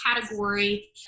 category